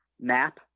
map